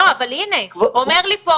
לא, אבל הנה, אומר לי פה